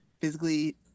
physically